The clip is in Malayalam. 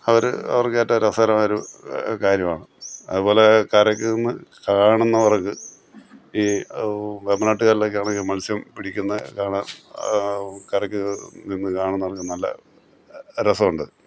അവര് അവർക്കേറ്റവും രസകരമായൊരു കാര്യമാണ് അതുപോലെ കരയ്ക്കൂന്ന് കാണുന്നവർക്ക് ഈ വേമ്പനാട്ടുകായലിലൊക്കെയാണെങ്കില് മത്സ്യം പിടിക്കുന്നത് കാണാൻ കരയ്ക്ക് നിന്ന് കാണുന്നവർക്ക് നല്ല രസമുണ്ട്